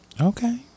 Okay